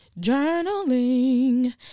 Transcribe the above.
Journaling